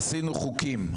עשינו חוקים,